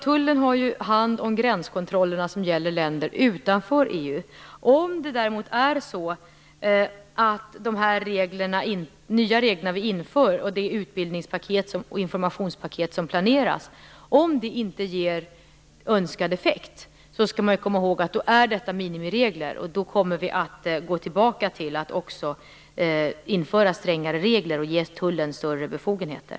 Tullen har ju hand om gränskontrollerna som gäller länder utanför EU. Men om de nya regler som vi inför och det utbildningspaket och informationspaket som planeras inte ger önskad effekt, skall man komma ihåg att detta då är minimiregler och att vi då kommer att gå tillbaka till att också införa strängare regler och ge Tullen större befogenheter.